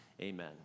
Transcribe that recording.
Amen